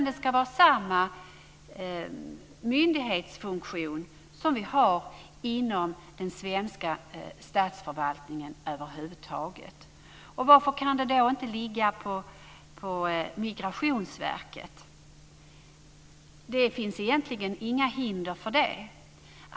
Det ska vara samma myndighetsfunktion som det är inom den svenska statsförvaltningen över huvud taget. Varför kan detta då inte ligga på Migrationsverket? Det finns egentligen inga hinder för det.